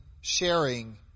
sharing